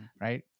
right